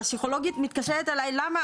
הפסיכולוגית מתקשרת אליי ושואלת למה